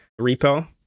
repo